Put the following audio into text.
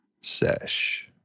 sesh